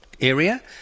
area